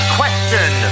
question